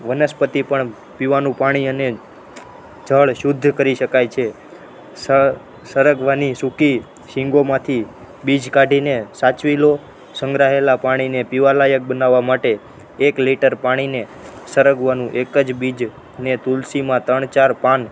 વનસ્પતિ પણ પીવાનું પાણી અને જળ શુદ્ધ કરી શકાય છે સ સરગવાની સૂકી શિંગોમાંથી બીજ કાઢીને સાચવી લો સંગ્રહાયેલા પાણીને પીવાલાયક બનાવવા માટે એક લિટર પાણીને સરગવાનું એક જ બીજને તુલસીનાં ત્રણ ચાર પાન